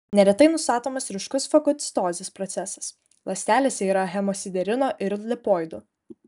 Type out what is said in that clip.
neretai nustatomas ryškus fagocitozės procesas ląstelėse yra hemosiderino ir lipoidų